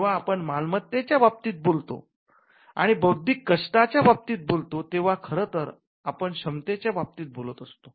जेव्हा आपण मालमत्त्तेच्या बाबतीत बोलतो आणि बौद्धिक कष्टा च्या बाबतीत बोलतो तेव्हा खरंतर आपण क्षमतेच्या बाबतीत बोलत असतो